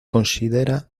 considera